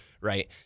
right